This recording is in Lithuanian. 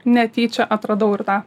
netyčia atradau ir tą